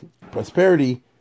prosperity